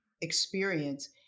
experience